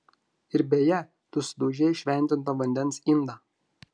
ir beje tu sudaužei šventinto vandens indą